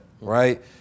right